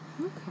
Okay